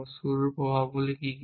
শুরুর প্রভাবগুলি কী কী